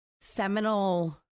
seminal